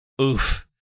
oof